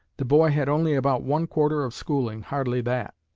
the boy had only about one quarter of schooling, hardly that.